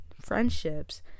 friendships